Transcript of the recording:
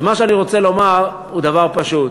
אז מה שאני רוצה לומר הוא דבר פשוט: